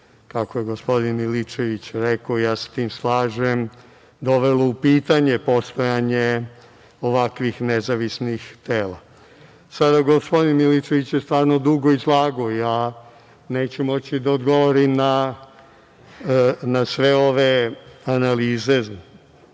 kako je gospodin Milićević rekao, ja se sa tim slažem, dovelo u pitanje postojanje ovakvih nezavisnih tela. Sada gospodin Milićević je stvarno dugo izlagao, ja neću moći da odgovorim na sve ove analize